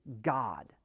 God